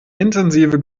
intensive